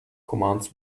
commands